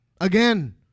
Again